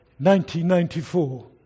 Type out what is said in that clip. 1994